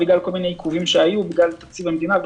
ובגלל כל מיני עיכובים שהיו תקציב המדינה,